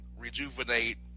rejuvenate